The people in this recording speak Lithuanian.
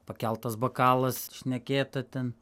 pakeltas bokalas šnekėta ten